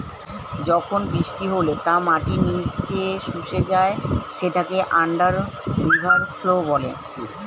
যখন বৃষ্টি হলে তা মাটির নিচে শুষে যায় সেটাকে আন্ডার রিভার ফ্লো বলে